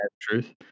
truth